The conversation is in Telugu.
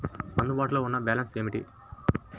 అందుబాటులో ఉన్న బ్యాలన్స్ ఏమిటీ?